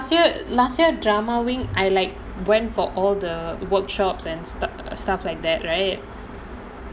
no because last year last year drama wing I like went for all the workshops and stuff stuff like that right